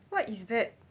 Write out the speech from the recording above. what is bad